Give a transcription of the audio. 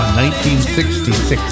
1966